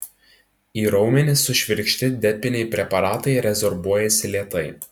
į raumenis sušvirkšti depiniai preparatai rezorbuojasi lėtai